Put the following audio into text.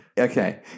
okay